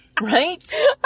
Right